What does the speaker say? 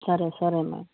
సరే సరే మేడం